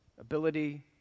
ability